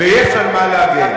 ויש על מה להגן.